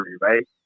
right